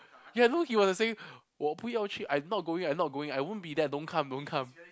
ya no he was like saying 我不要去 I not going I not going I won't be there don't come don't come